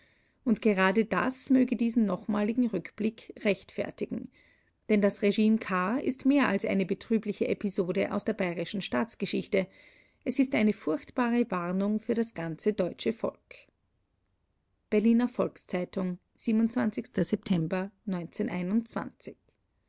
und gerade das möge diesen nochmaligen rückblick rechtfertigen denn das regime kahr ist mehr als eine betrübliche episode aus der bayerischen staatsgeschichte es ist eine furchtbare warnung für das ganze deutsche volk berliner volks-zeitung